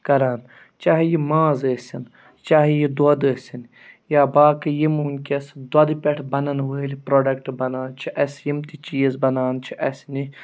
کَران چاہے یہِ ماز ٲسِن چاہے یہِ دۄد ٲسِن یا باقٕے یِم وٕنۍکٮ۪س دۄدٕ پٮ۪ٹھ بَنَن وٲلۍ پرٛوڈَکٹ بَنان چھِ اَسہِ یِم تہِ چیٖز بَنان چھِ اَسہِ نہِ